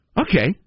Okay